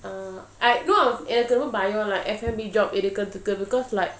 ah I know of எனக்குரொம்பபயமா:enaku romba bayama like F&B job இருக்குறதுக்கு:irukurathuku because like